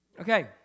Okay